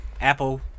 Apple